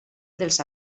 dels